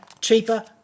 Cheaper